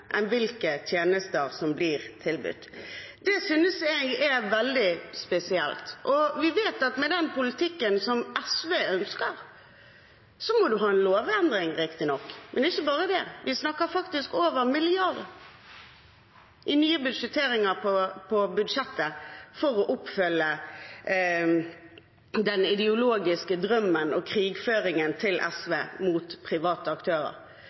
hvilke tjenester som blir tilbudt. Jeg synes det er veldig spesielt. Vi vet at med den politikken SV ønsker, må man riktignok ha en lovendring, men ikke bare det. Vi snakker om over 1 mrd. kr i nye budsjetteringer på budsjettet for å oppfylle SVs ideologiske drøm og krigføring mot private aktører.